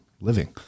living